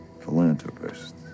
Philanthropist